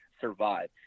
survive